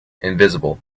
invisible